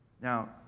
Now